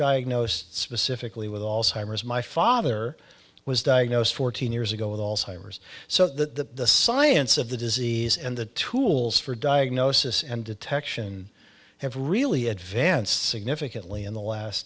diagnosed specifically with all simers my father was diagnosed fourteen years ago with alzheimer's so the science of the disease and the tools for diagnosis and detection have really advanced significantly in the last